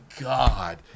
God